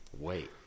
Wait